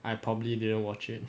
I probably didn't watch it